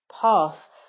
path